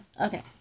Okay